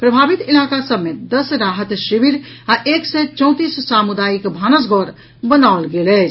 प्रभावित इलाका सभ मे दस राहत शिविर आ एक सय चौंतीस सामुदायिक भानस घर बनाओल गेल अछि